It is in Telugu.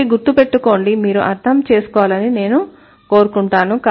అయితే గుర్తుపెట్టుకోండి మీరు అర్థం చేసుకోవాలని నేను కోరుకుంటాను